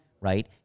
right